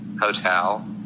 hotel